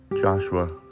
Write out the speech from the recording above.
Joshua